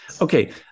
Okay